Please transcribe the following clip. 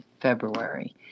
February